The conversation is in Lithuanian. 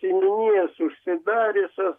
seniūnijos užsidariusios